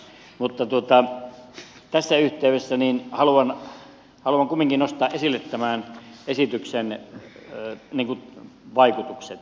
mutta tässä yhteydessä haluan kumminkin nostaa esille tämän esityksen vaikutukset